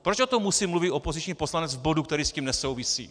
Proč o tom musí mluvit opoziční poslanec v bodu, který s tím nesouvisí?